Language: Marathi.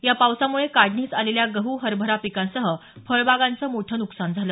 या पावसामुळे काढणीस आलेल्या गहू हरभरा पिकांसह फळबागांचं नुकसान झालं